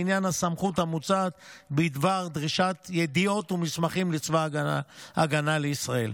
לעניין הסמכות המוצעת בדבר דרישת ידיעות ומסמכים לצבא ההגנה לישראל.